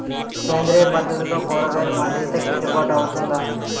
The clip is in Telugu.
సేంద్రీయ పద్దతిలో కూరగాయలు పండిస్తే కిట్టుబాటు అవుతుందా?